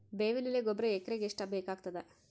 ಬೇವಿನ ಎಲೆ ಗೊಬರಾ ಎಕರೆಗ್ ಎಷ್ಟು ಬೇಕಗತಾದ?